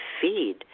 feed